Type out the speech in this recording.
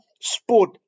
Sport